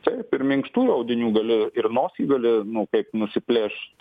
taip ir minkštųjų audinių gali ir nosį gali nu kaip nusiplėšt